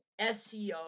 SEO